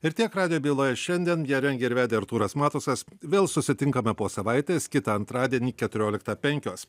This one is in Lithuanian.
ir tiek radijo byloje šiandien ją rengė ir vedė artūras matusas vėl susitinkame po savaitės kitą antradienį keturioliktą penkios